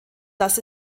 das